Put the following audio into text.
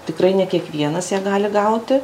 tikrai ne kiekvienas ją gali gauti